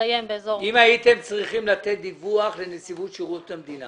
תסתיים --- אם הייתם צריכים לתת דיווח לנציבות שירות המדינה,